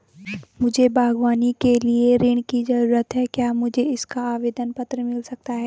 मुझे बागवानी के लिए ऋण की ज़रूरत है क्या मुझे इसका आवेदन पत्र मिल सकता है?